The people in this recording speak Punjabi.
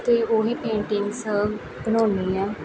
ਅਤੇ ਉਹ ਹੀ ਪੇਂਟਿੰਗਸ ਬਣਾਉਂਦੀ ਹਾਂ